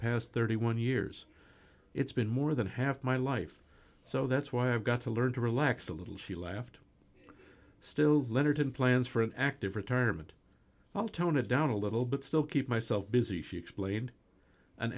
past thirty one years it's been more than half my life so that's why i've got to learn to relax a little she laughed still leonard plans for an active retirement while tone it down a little but still keep myself busy she explained an